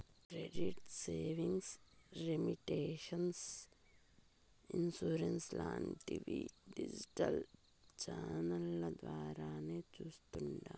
credit savings, remittance, insurance లాంటివి digital ఛానెల్ల ద్వారా చేస్తాండాము